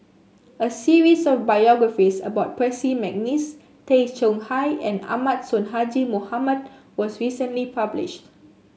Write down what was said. a series of biographies about Percy McNeice Tay Chong Hai and Ahmad Sonhadji Mohamad was recently published